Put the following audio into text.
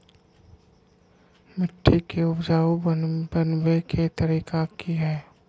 मिट्टी के उपजाऊ बनबे के तरिका की हेय?